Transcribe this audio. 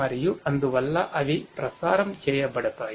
మరియు అందువల్ల అవి ప్రసారం చేయబడతాయి